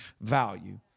value